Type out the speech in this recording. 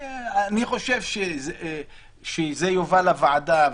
אני חושב שזה יובא לוועדה,